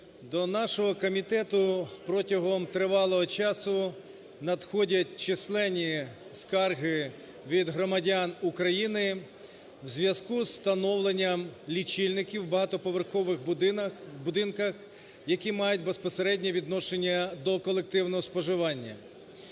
до нашого комітету протягом тривалого часу надходять численні скарги від громадян України у зв'язку із встановленням лічильників у багатоповерхових будинках, які мають безпосереднє відношення до колективного споживання.